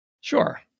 Sure